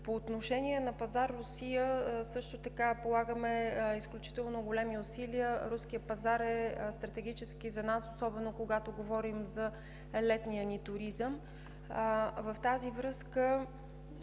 По отношение на пазар, какъвто е Русия, също така полагаме големи усилия. Руският пазар е стратегически за нас, особено когато говорим за летния ни туризъм. В тази връзка